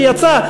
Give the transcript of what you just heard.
שיצא,